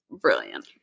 Brilliant